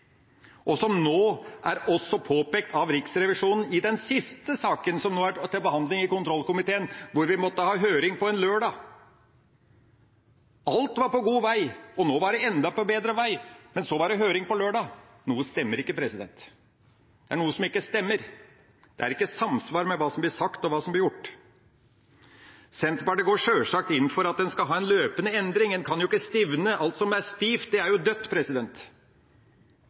og som nå også er påpekt av Riksrevisjonen i den siste saken som nå er til behandling i komitrollkomiteen, hvor vi måtte ha høring på en lørdag. Alt var på god vei, og nå var det på enda bedre vei, men så var det høring på lørdag. Noe stemmer ikke. Det er noe som ikke stemmer! Det er ikke samsvar mellom hva som blir sagt, og hva som blir gjort. Senterpartiet går sjølsagt inn for at en skal ha en løpende endring. En kan jo ikke stivne. Alt som er stivt, er dødt. Hva er så vårt alternativ? Jo, det er